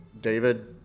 David